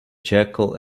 jackal